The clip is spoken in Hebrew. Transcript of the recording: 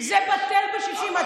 ויש, זה בטל בשישים.